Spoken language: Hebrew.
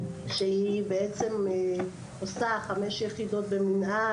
והיא עושה חמש יחידות במינהל,